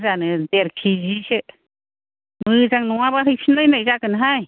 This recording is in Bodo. बुरजानो देर केजि सो मोजां नङाबा हैफिनलायनाय जागोनहाय